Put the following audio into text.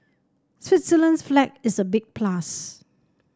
Switzerland's flag is a big plus